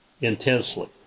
intensely